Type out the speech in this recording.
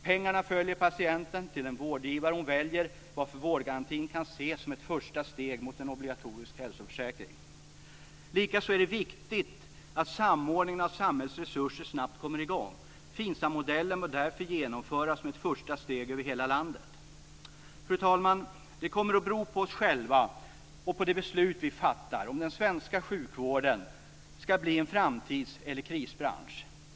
Pengarna följer patienten till den vårdgivare som hon eller han väljer, varför vårdgarantin kan ses som ett första steg mot en obligatorisk hälsoförsäkring. Likaså är det viktigt att samordningen av samhällets resurser snabbt kommer i gång. FINSAM modellen bör därför genomföras som ett första steg över hela landet. Fru talman! Det kommer att bero på oss själva och på de beslut som vi fattar om den svenska sjukvården ska bli en framtidsbransch eller om den ska bli en krisbransch.